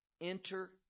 enter